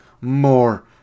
more